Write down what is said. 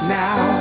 now